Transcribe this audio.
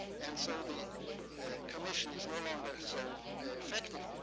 and so the commission is no longer so effective.